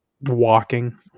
walking